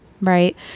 right